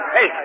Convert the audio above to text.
Hey